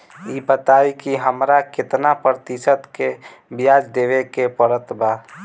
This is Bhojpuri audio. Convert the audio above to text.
ई बताई की हमरा केतना प्रतिशत के ब्याज देवे के पड़त बा?